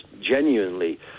genuinely